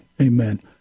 Amen